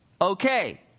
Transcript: okay